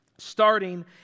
starting